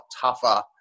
tougher